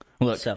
Look